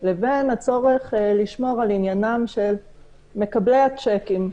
לבין הצורך לשמור על עניינם של מקבלי השיקים,